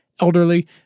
elderly